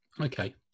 Okay